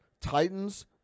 Titans